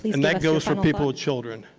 and that goes for people with children.